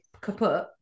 kaput